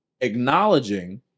acknowledging